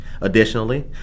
Additionally